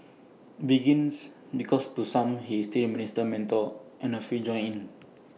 begins because to some he is still minister mentor and A few join in